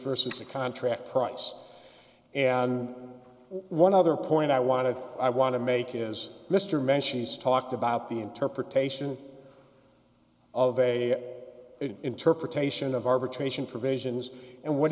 versus the contract price and one other point i want to i want to make is mr mann she's talked about the interpretation of a new interpretation of arbitration provisions and what